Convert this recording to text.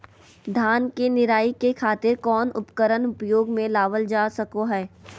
धान के निराई के खातिर कौन उपकरण उपयोग मे लावल जा सको हय?